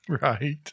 Right